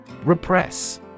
Repress